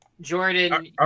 Jordan